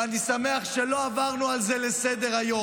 ואני שמח שלא עברנו על זה לסדר-היום,